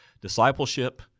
discipleship